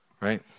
right